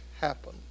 happen